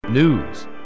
News